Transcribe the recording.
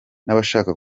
n’abashaka